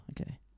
okay